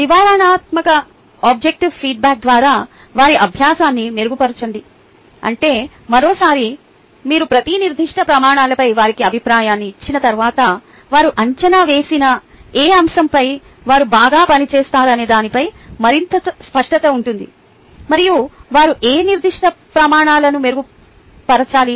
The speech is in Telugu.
వివరణాత్మక ఆబ్జెక్టివ్ ఫీడ్బ్యాక్ ద్వారా వారి అభ్యాసాన్ని మెరుగుపరచండి అంటే మరోసారి మీరు ప్రతి నిర్దిష్ట ప్రమాణాలపై వారికి అభిప్రాయాన్ని ఇచ్చిన తర్వాత వారు అంచనా వేసిన ఏ అంశంపై వారు బాగా పని చేస్తారనే దానిపై మరింత స్పష్టత ఉంటుంది మరియు వారు ఏ నిర్దిష్ట ప్రమాణాలను మెరుగుపరచాలి